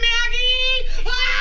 Maggie